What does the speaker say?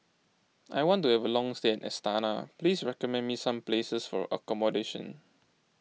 I want to have a long stay in Astana please recommend me some places for accommodation